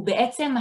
הוא בעצם